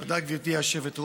תודה, גברתי היושבת-ראש.